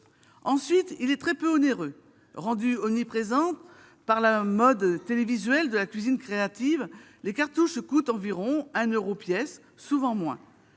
Ensuite, ce produit est très peu onéreux. Rendues omniprésentes par la mode télévisuelle de la cuisine créative, les cartouches coûtent environ 1 euro pièce, souvent moins.